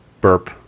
burp